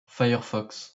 firefox